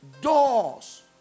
doors